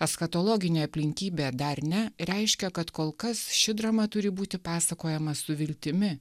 eschatologinė aplinkybė dar ne reiškia kad kol kas ši drama turi būti pasakojama su viltimi